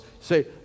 say